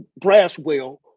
Braswell